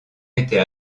était